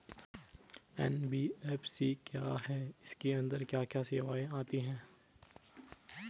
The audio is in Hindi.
एन.बी.एफ.सी क्या है इसके अंतर्गत क्या क्या सेवाएँ आती हैं?